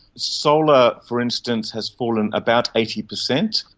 solar, for instance, has fallen about eighty percent,